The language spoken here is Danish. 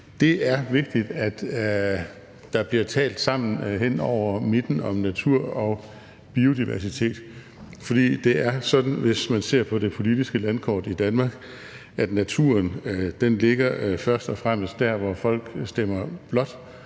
Det er vigtigt, at der bliver talt sammen hen over midten om natur og biodiversitet, for det er sådan, at hvis man ser på det politiske landkort i Danmark, ligger naturen først og fremmest der, hvor folk stemmer blåt,